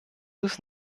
ist